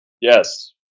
Yes